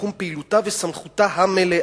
בתחום פעילותה וסמכותה המלאה.